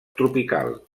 tropical